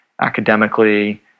academically